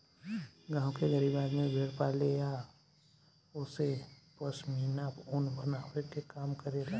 गांव के गरीब आदमी भेड़ पाले आ ओसे पश्मीना ऊन बनावे के काम करेला